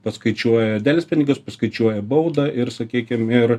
paskaičiuoja delspinigius paskaičiuoja baudą ir sakykim ir